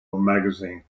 magazine